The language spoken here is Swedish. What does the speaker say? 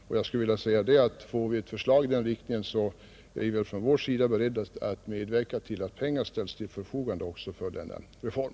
Får vi ett förslag i den riktning vi önskar är vi nog från vår sida beredda att medverka till att pengar ställs till förfogande till denna reform.